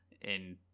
in-